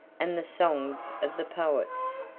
and the songs of the poets,